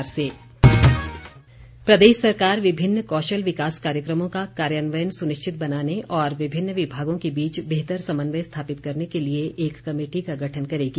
जयराम ठाकुर प्रदेश सरकार विभिन्न कौशल विकास कार्यक्रमों का कार्यान्वयन सुनिश्चित बनाने और विभिन्न विभागों के बीच बेहतर समन्वय स्थापित करने के लिए एक कमेटी का गठन करेगी